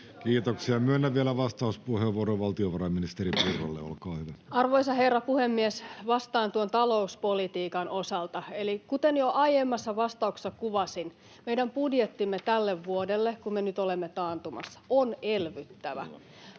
uusien työpaikkojen luomisesta (Harry Harkimo liik) Time: 16:41 Content: Arvoisa herra puhemies! Vastaan tuon talouspolitiikan osalta. Eli kuten jo aiemmassa vastauksessa kuvasin, meidän budjettimme tälle vuodelle, kun me nyt olemme taantumassa, on elvyttävä.